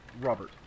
Robert